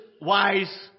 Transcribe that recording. wise